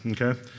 Okay